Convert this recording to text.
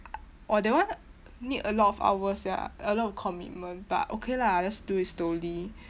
oh that one need a lot of hours sia a lot of commitment but okay lah just do it slowly